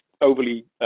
overly